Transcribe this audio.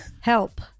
Help